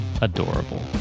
adorable